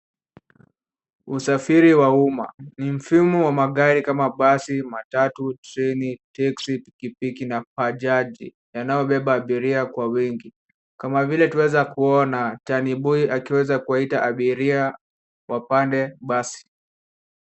Usafiri wa umma, ni mfumo wa magari kama vile mabasi, matatu, treni, teksi, pikipiki, na bajaji, yanayobeba abiria kwa wingi. Kama vile twaweza kuona taniboi, akiweza kuwaita abiria wapande basi.